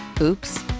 Oops